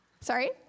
Sorry